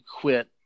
quit